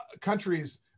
countries